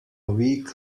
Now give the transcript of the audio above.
week